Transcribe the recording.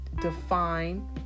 define